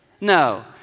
No